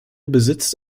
besitzt